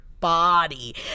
Body